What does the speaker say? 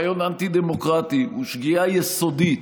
הוא רעיון אנטי-דמוקרטי, הוא שגיאה יסודית.